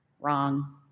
wrong